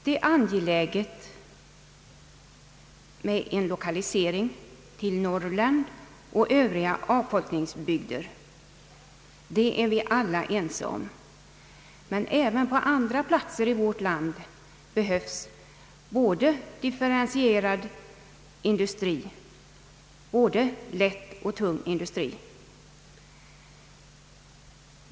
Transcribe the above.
Det är angeläget med en lokalisering till Norrland och övriga avfolkningsbygder; det är vi alla ense om. Men även på andra platser i vårt land behövs differentierad industri, både lätt och tung.